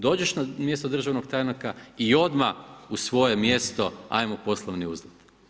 Dođeš na mjesto državnog tajnika i odmah u svoje mjesto hajmo poslovni uzlet.